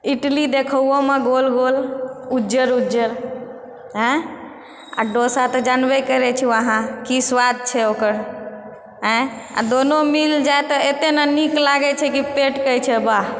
इडली देखओमे गोल गोल उज्जर उज्जर आँय आ डोसा तऽ जानबे करैछु अहाँ कि स्वाद छै ओकर आँय आ दुनू मिलिजाए तऽ अत्ते ने नीक लागैछै कि पेट कहैछै वाह